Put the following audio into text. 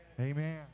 amen